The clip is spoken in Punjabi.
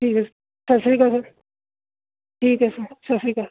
ਠੀਕ ਆ ਸਤਿ ਸ਼੍ਰੀ ਅਕਾਲ ਸਰ ਠੀਕ ਹੈ ਸਰ ਸਤਿ ਸ਼੍ਰੀ ਅਕਾਲ